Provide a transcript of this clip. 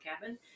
Cabin